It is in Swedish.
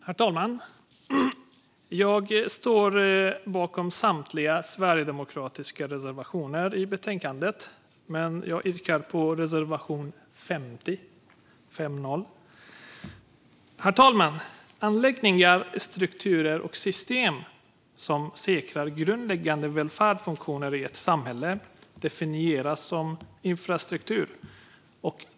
Herr talman! Jag står bakom samtliga sverigedemokratiska reservationer i betänkandet, men jag yrkar bifall endast till reservation 50. Herr talman! Anläggningar, strukturer och system som säkrar grundläggande välfärdsfunktioner i ett samhälle definieras som infrastruktur.